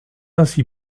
ainsi